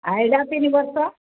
ତିନି ବର୍ଷ